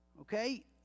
okay